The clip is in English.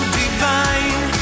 divine